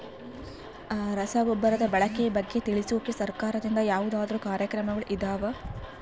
ರಸಗೊಬ್ಬರದ ಬಳಕೆ ಬಗ್ಗೆ ತಿಳಿಸೊಕೆ ಸರಕಾರದಿಂದ ಯಾವದಾದ್ರು ಕಾರ್ಯಕ್ರಮಗಳು ಇದಾವ?